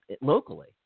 locally